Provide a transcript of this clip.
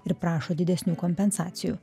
ir prašo didesnių kompensacijų